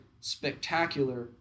spectacular